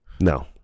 No